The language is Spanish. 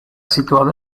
situado